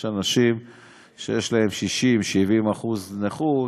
יש אנשים שיש להם 60% 70% נכות,